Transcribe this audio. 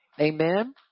Amen